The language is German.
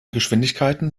geschwindigkeiten